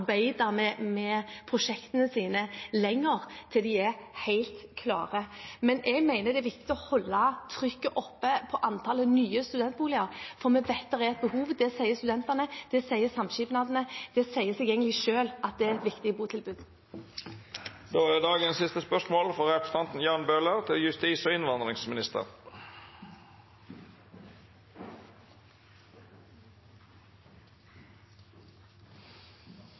med prosjektene sine lenger – til de er helt klare. Men jeg mener det er viktig å holde trykket oppe på antallet nye studentboliger, for vi vet det er et behov. Det sier studentene, det sier samskipnadene. Det sier seg egentlig selv at det er et viktig botilbud. Jeg tillater meg å stille følgende spørsmål til justis- og innvandringsministeren: «Det har siden 2014 vært en totalt manglende omtale og